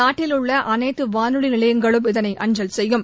நாட்டில் உள்ள அனைத்து வானொலி நிலையங்களும் இதனை அஞ்சல் செய்யும்